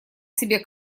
себе